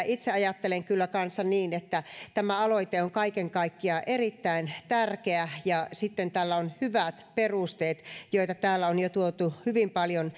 itse ajattelen kyllä kanssa niin että tämä aloite on kaiken kaikkiaan erittäin tärkeä ja tällä on hyvät perusteet joita täällä on jo tuotu hyvin paljon